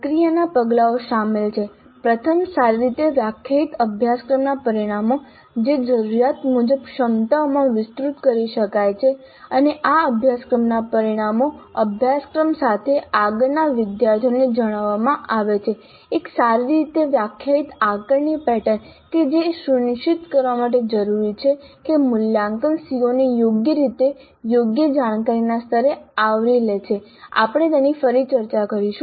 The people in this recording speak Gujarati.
પ્રક્રિયાના પગલાઓ સામેલ છે પ્રથમ સારી રીતે વ્યાખ્યાયિત અભ્યાસક્રમના પરિણામો જે જરૂરીયાત મુજબ ક્ષમતાઓમાં વિસ્તૃત કરી શકાય છે અને આ અભ્યાસક્રમના પરિણામો અભ્યાસક્રમ સાથે આગળના વિદ્યાર્થીઓને જણાવવામાં આવે છે એક સારી રીતે વ્યાખ્યાયિત આકારણી પેટર્ન કે જે એ સુનિશ્ચિત કરવા માટે જરૂરી છે કે મૂલ્યાંકન CO ને યોગ્ય રીતે યોગ્ય જાણકારીના સ્તરે આવરી લે છે આપણે તેની ફરી ચર્ચા કરીશું